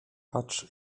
patrz